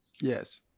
yes